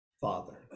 Father